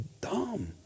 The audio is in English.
dumb